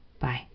Bye